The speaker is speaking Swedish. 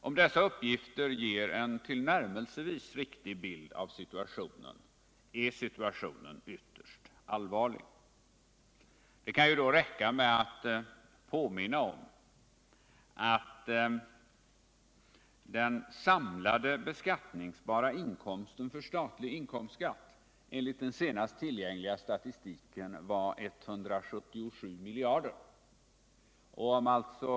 Om dessa uppgifter ger en tillnärmelsevis riktig bild av situationen, är denna ytterst allvarlig. Det kan ju räcka med att påminna om den samlade beskattningsbara inkomsten för statlig inkomstskatt, som enligt den senast tillgängliga statistiken uppgick till 177 miljarder kronor för ett år.